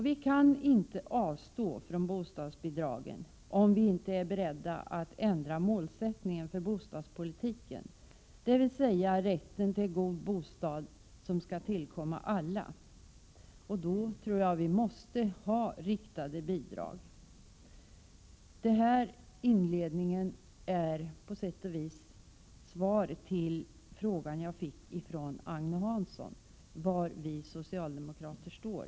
Vi kan inte avstå från bostadsbidragen om vi inte är beredda att ändra målsättningen för bostadpolitiken, dvs. rätten till en god bostad skall tillkomma alla. För detta tror jag att vi måste ha riktade bidrag. Denna inledning är på sätt och vis svaret på den fråga som jag fick av Agne Hansson angående var vi socialdemokrater står.